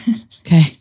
Okay